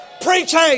preaching